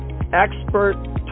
expert